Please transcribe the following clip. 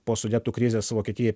po sudetų krizės vokietijai